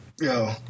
yo